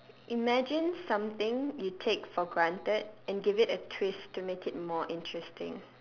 imagine something you take for granted and give it a twist to make it more interesting